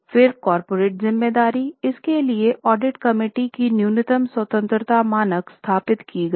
फिर कॉर्पोरेट जिम्मेदारी इसके लिए ऑडिट कमेटी की न्यूनतम स्वतंत्रता मानक स्थापित की गई